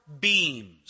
beams